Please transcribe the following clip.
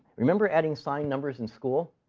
remember adding signed numbers in school?